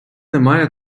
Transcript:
немає